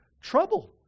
trouble